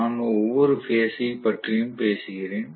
நான் ஒவ்வொரு பேஸ் ஐ பற்றியும் பேசுகிறேன்